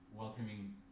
welcoming